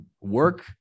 work